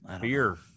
fear